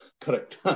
Correct